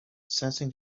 sensing